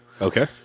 Okay